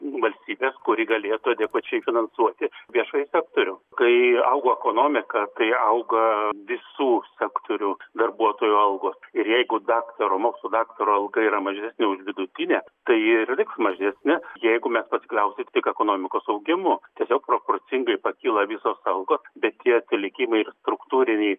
valstybės kuri galėtų adekvačiai finansuoti viešąjį sektorių kai augo ekonomika tai auga visų sektorių darbuotojų algos ir jeigu daktaro mokslų daktaro alga yra mažesnė už vidutinę tai ji ir taip mažesnė jeigu mes pasikliausit tik ekonomikos augimu tiesiog proporcingai pakyla visos algos bet tie atsilikimai ir struktūriniai